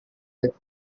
that